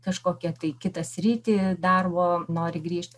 kažkokią tai kitą sritį darbo nori grįžt